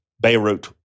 Beirut